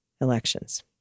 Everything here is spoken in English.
elections